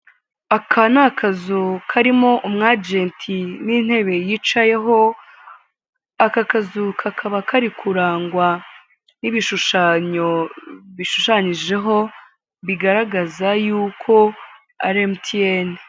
Aka ni akazu karimo umwajenti n'intebe yicayeho aka kazuka kaba kari kurangwa n'ibishushanyo bishushanyijeho bigaragaza yuko ari emutiyeni.